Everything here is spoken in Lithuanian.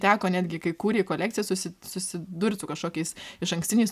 teko netgi kai kūrei kolekciją susi susidurt su kažkokiais išankstiniais